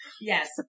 Yes